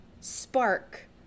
Spark